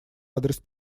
адрес